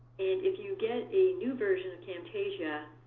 and if you get a new version of camtasia,